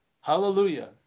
hallelujah